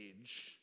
age